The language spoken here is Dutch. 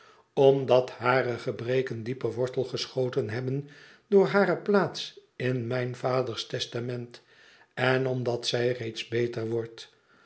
omdat hare gebreken dieper wortel geschoten hebben door hare plaats in mijn vaders testament en omdat zij reeds beter wordt